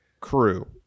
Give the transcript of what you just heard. crew